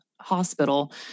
hospital